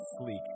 sleek